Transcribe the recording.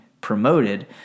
promoted